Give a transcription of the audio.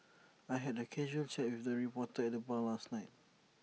I had A casual chat with the reporter at the bar last night